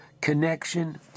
connection